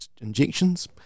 injections